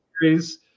series